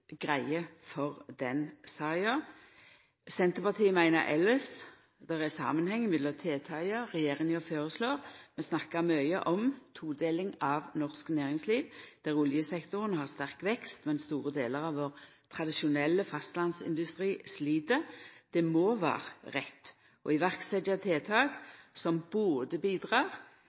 greie for den saka. Senterpartiet meiner elles at det er samanheng mellom tiltaka regjeringa føreslår. Me snakkar mykje om todeling av norsk næringsliv, der oljesektoren har sterk vekst, medan store delar av vår tradisjonelle fastlandsindustri slit. Det må vera rett å setja i verk tiltak som både